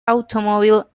automobile